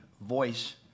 voice